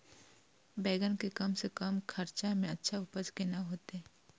बेंगन के कम से कम खर्चा में अच्छा उपज केना होते?